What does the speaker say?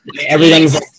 everything's